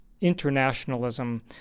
internationalism